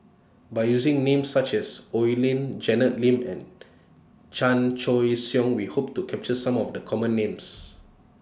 By using Names such as Oi Lin Janet Lim and Chan Choy Siong We Hope to capture Some of The Common Names